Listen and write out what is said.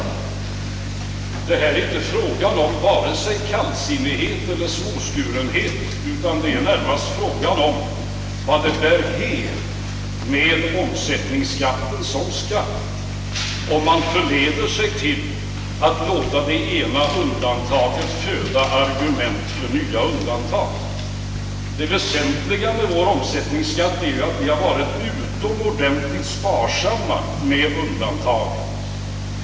Men det är härvidlag inte fråga om vare sig kallsinnighet eller småskurenhet, utan det är närmast fråga om vart det bär hän med omsättningsskatten som skatt om man förleds att låta det ena undantaget föda argument för nya undantag. Det väsentliga med vår omsättningsskatt är ju att vi har varit utomordentligt sparsamma med undantagen.